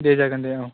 दे जागोन दे औ